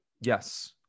yes